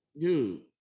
Dude